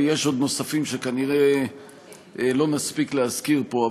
יש עוד נוספים שכנראה לא נספיק להזכיר פה.